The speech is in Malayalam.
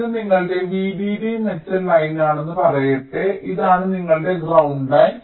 ഇത് നിങ്ങളുടെ VDD മെറ്റൽ ലൈനാണെന്ന് പറയട്ടെ ഇതാണ് നിങ്ങളുടെ ഗ്രൌണ്ട് ലൈൻ